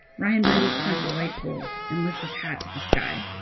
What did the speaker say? ryan bundy climbs a light pole and lifts his hat to the sky